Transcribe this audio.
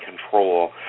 control